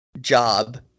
job